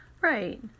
Right